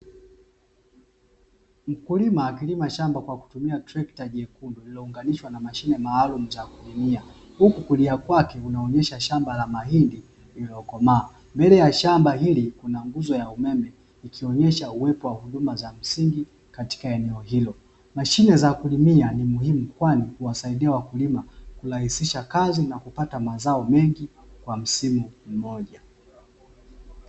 Mkulima akilima shamba kwa kutumia trekta jekundu lililounganishwa na mashine maalum ya kulimia, huku kulia kwake kunaonyesha shamba la mahindi yaliyokomaa, mbele ya shamba hili kuna nguzo ya umeme ikionesha uwepo wa huduma za msingi katika eneo hilo, mashine za kulimia ni muhimu kwani huwasaidia wakulima kurahisisha kazi na kupata mazao mengi kwa msimu mmoja.